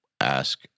ask